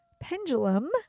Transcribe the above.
pendulum